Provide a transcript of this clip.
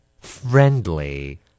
Friendly